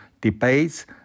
debates